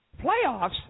Playoffs